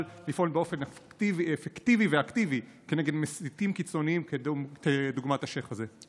לפעול באופן אפקטיבי ואקטיבי כנגד מסיתים קיצוניים כדוגמת השייח' הזה,